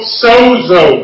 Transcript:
sozo